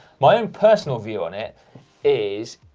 my own personal view on it is,